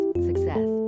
Success